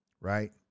right